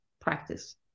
practice